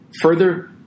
further